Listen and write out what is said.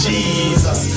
Jesus